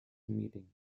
meeting